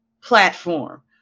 platform